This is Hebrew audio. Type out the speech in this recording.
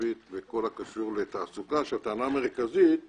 הערבית בכל הקשור לתעסוקה כאשר הטענה המרכזית היא